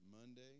Monday